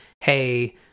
hey